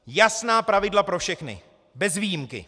Jasná pravidla pro všechny, bez výjimky.